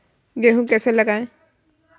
गेहूँ कैसे लगाएँ?